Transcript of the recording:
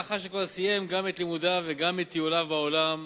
לאחר שכבר סיים גם את לימודיו וגם את טיוליו בעולם,